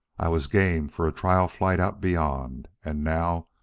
i was game for a trial flight out beyond. and now,